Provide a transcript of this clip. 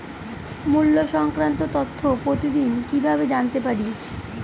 মুল্য সংক্রান্ত তথ্য প্রতিদিন কিভাবে জানতে পারি?